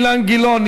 אילן גילאון,